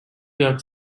york